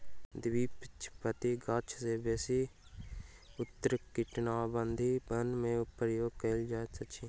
द्विबीजपत्री गाछ बेसी उष्णकटिबंधीय वन में पाओल जाइत अछि